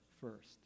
First